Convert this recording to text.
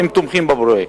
הם תומכים בפרויקט.